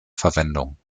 verwendung